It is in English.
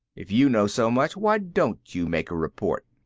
if you know so much why don't you make a report?